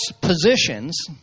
positions